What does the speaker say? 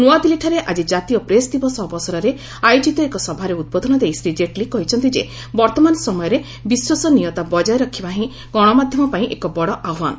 ନୂଆଦିଲ୍ଲୀଠାରେ ଆଜି ଜାତୀୟ ପ୍ରେସ ଦିବସ ଅବସରରରେ ଆୟୋଜିତ ଏକ ସଭାରେ ଉଦ୍ବୋଧନ ଦେଇ ଶ୍ରୀ କେଟଲୀ କହିଛନ୍ତି ଯେ ବର୍ତ୍ତମାନ ସମୟରେ ବିଶ୍ୱସନୀୟତା ବକ୍ରାୟ ରଖିବା ହିଁ ଗଣମାଧ୍ୟମ ପାଇଁ ଏକ ବଡ ଆହ୍ୱାନ